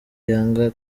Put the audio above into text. yanga